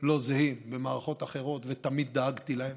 לא זהים, במערכות אחרות ותמיד דאגתי להם,